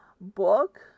book